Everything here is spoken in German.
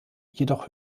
jedoch